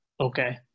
Okay